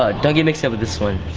ah don't get mixed up with this one.